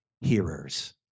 hearers